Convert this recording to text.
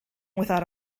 without